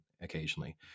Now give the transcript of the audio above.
occasionally